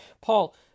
Paul